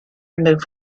removed